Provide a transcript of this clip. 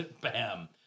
Bam